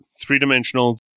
three-dimensional